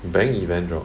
bank event job